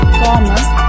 commerce